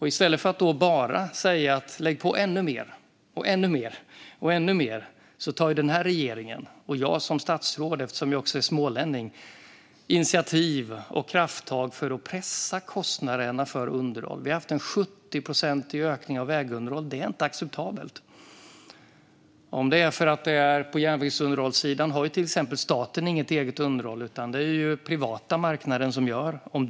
I stället för att då säga att vi ska lägga på ännu mer tar den här regeringen och jag som statsråd, eftersom jag också är smålänning, initiativ och krafttag för att pressa kostnaderna för underhåll. Vi har haft en 70-procentig ökning av vägunderhåll; det är inte acceptabelt. Det kan bero på att staten inte har något eget underhåll på järnväg - det är ju den privata marknaden som gör det.